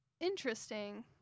interesting